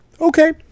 Okay